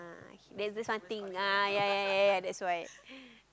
ah okay then this one think ah ya ya ya that's why